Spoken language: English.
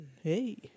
Hey